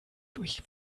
durch